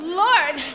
lord